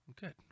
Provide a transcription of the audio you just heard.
good